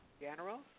general